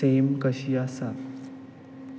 same कशी आसा